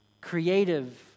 creative